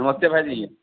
नमस्ते भाईजी